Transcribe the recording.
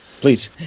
Please